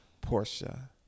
Portia